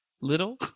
little